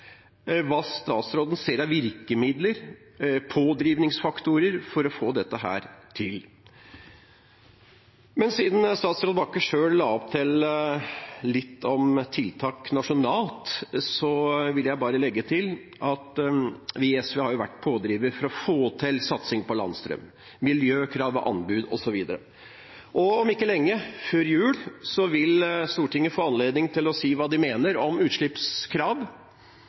hva statsråden ser av virkemidler, pådriverfaktorer, for å få dette til. Men siden statsråd Bakke-Jensen selv la opp til litt om tiltak nasjonalt, vil jeg bare legge til at vi i SV har vært pådriver for å få til satsing på landstrøm, miljøkrav ved anbud osv. Om ikke lenge – før jul – vil Stortinget få anledning til å si hva de mener om utslippskrav,